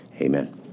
amen